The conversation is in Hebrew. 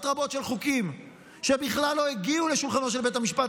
רבות של חוקים שבכלל לא הגיעו לשולחנו של בית המשפט